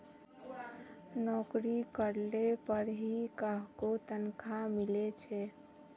नोकरी करले पर ही काहको तनखा मिले छे